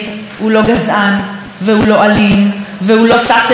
לא שש אלי קרב כמוכם וכמו שאתם מנסים לעשות ממנו.